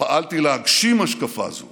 פעלתי להגשים השקפה זו